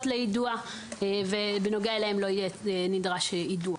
ליידוע ובנוגע אליהן לא יהיה נדרש יידוע.